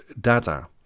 data